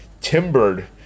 timbered